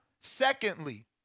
secondly